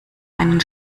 einen